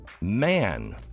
man